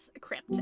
crypt